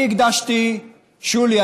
שולי,